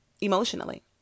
emotionally